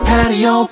Patio